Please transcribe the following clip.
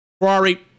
Ferrari